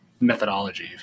methodology